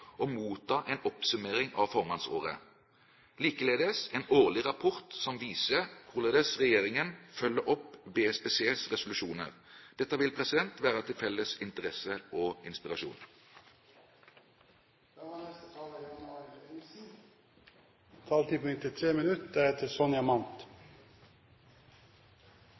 å motta en oppsummering av formannsåret, likeledes en årlig rapport som viser hvorledes regjeringen følger opp BSPCs resolusjoner. Dette vil være til felles interesse og